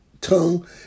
tongue